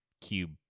cube